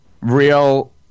real